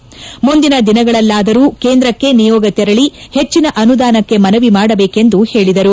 ಇಬ್ರಾಹಿಂ ಮಾತನಾಡಿ ಮುಂದಿನ ದಿನಗಳಲ್ಲಾದರೂ ಕೇಂದ್ರಕ್ಕೆ ನಿಯೋಗ ತೆರಳಿ ಹೆಚ್ಚಿನ ಅನುದಾನಕ್ಕೆ ಮನವಿ ಮಾಡಬೇಕೆಂದು ಹೇಳಿದರು